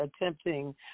attempting